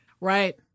Right